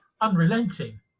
unrelenting